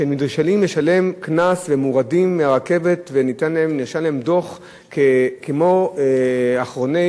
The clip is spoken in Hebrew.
שהם נדרשים לשלם קנס ומורדים מהרכבת ונרשם להם דוח כמו לאחרוני